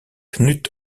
knut